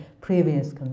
previous